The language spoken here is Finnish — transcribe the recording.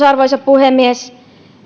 arvoisa puhemies